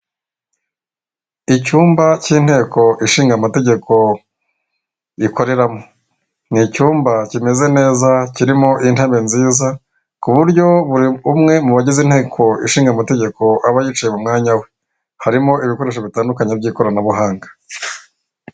Icyumba cy'inteko ishinga amategeko gikoreramo, ni icyumba kimeze neza kirimo intebe nziza ku buryo buri umwe mu bagize inteko ishinga amategeko aba yicaye mu mwanya we, harimo ibikoresho bitandukanye by'ikoranabuhanga.